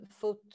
foot